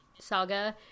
Saga